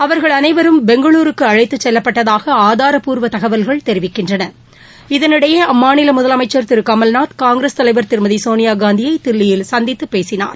அவர்கள் அனைவரும் பெங்களுருக்கு அழைத்துச் செல்லப்பட்டதாக ஆதாரப்பூர்வ தகவல்கள் தெிவிக்கின்றன இதனிடையே அம்மாநில முதலமைச்சா் திரு கமல்நாத் காங்கிரஸ் தலைவா் திருமதி சோனியாகாந்தியை தில்லியில் சந்தித்து பேசினார்